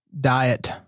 diet